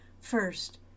First